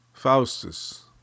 Faustus